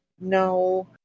No